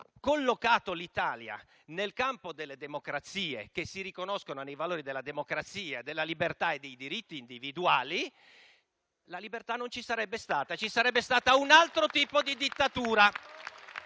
collocato l'Italia nel campo delle democrazie, che si riconoscono nei valori della democrazia, della libertà e dei diritti individuali, la libertà non ci sarebbe stata e ci sarebbe stato un altro tipo di dittatura.